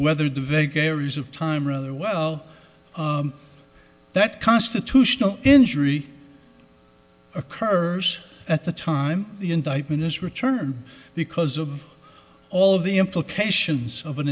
whether the vagaries of time or other well that constitutional injury occurs at the time the indictment is returned because of all of the implications of an